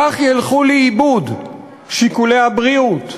כך ילכו לאיבוד שיקולי הבריאות,